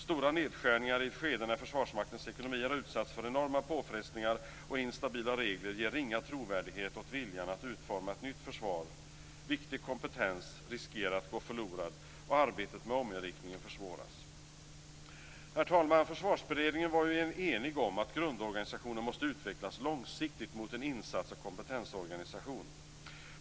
Stora nedskärningar i ett skede när Försvarsmaktens ekonomi har utsatts för enorma påfrestningar och instabila regler ger ringa trovärdighet åt viljan att utforma ett nytt försvar. Viktig kompetens riskerar att gå förlorad och arbetet med ominriktningen försvåras. Herr talman! Försvarsberedningen var enig om att grundorganisationen måste utvecklas långsiktigt mot en insats och kompetensorganisation.